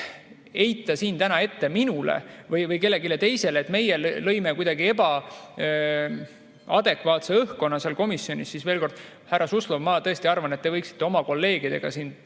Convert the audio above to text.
heita siin täna ette minule või kellelegi teisele, et meie lõime kuidagi ebaadekvaatse õhkkonna seal komisjonis – härra Suslov, ma tõesti arvan, et te võiksite oma kolleegidega,